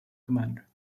commander